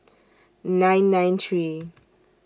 nine nine three